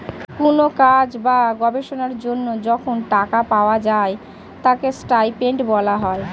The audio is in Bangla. কোন কাজ বা গবেষণার জন্য যখন টাকা পাওয়া যায় তাকে স্টাইপেন্ড বলা হয়